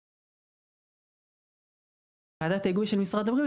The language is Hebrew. גם כאן אני אזכיר את ועדת ההיגוי של משרד הבריאות